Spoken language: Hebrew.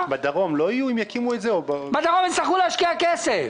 בדרום יצטרכו להשקיע כסף.